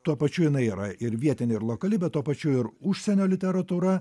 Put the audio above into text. tuo pačiu jinai yra ir vietinė ir lokali bet tuo pačiu ir užsienio literatūra